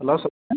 hello சொல்லுங்கள்